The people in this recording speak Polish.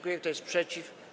Kto jest przeciw?